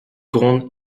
gronde